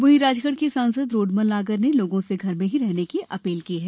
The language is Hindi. वहीं राजगढ़ के सांसद रोडमल नागर ने लोगों से घर में रहने की अपील की है